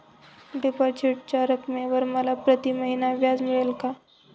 डिपॉझिटच्या रकमेवर मला प्रतिमहिना व्याज मिळेल का?